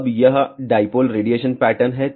अब यह dipole radiation pattern है